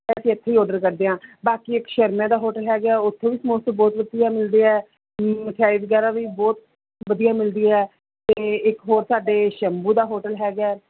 ਅਸੀ ਇੱਥੇ ਹੀ ਔਡਰ ਕਰਦੇ ਹਾਂ ਬਾਕੀ ਇੱਕ ਸ਼ਰਮੇ ਦਾ ਹੋਟਲ ਹੈਗਾ ਉੱਥੇ ਵੀ ਸਮੋਸੇ ਬਹੁਤ ਵਧੀਆ ਮਿਲਦੇ ਹੈ ਮਠਿਆਈ ਵਗੈਰਾ ਵੀ ਬਹੁਤ ਵਧੀਆ ਮਿਲਦੀ ਹੈ ਅਤੇ ਇੱਕ ਹੋਰ ਸਾਡੇ ਸ਼ੰਭੂ ਦਾ ਹੋਟਲ ਹੈਗਾ